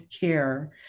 care